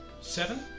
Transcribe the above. Seven